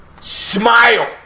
smile